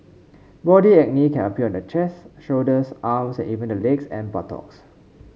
body acne can appear on the chest shoulders arms and even the legs and buttocks